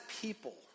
people